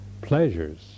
pleasures